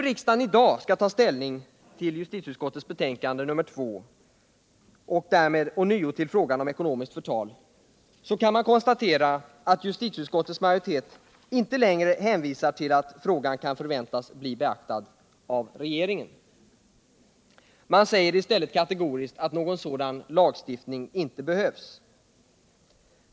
Riksdagen skall i dag ta ställning till justitieutskottets betänkande nr 2 och därmed ånyo till frågan om ekonomiskt förtal, och man kan konstatera att justitieutskottets majoritet inte längre hänvisar till att frågan om lagstiftning rörande ekonomiskt förtal kan förväntas bli beaktad av regeringen. Utskottet säger i stället kategoriskt att någon sådan lagstiftning inte behövs.